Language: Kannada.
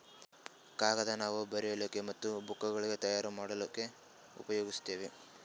ಕಾಗದ್ ನಾವ್ ಬರಿಲಿಕ್ ಮತ್ತ್ ಬುಕ್ಗೋಳ್ ತಯಾರ್ ಮಾಡ್ಲಾಕ್ಕ್ ಉಪಯೋಗಸ್ತೀವ್